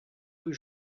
rue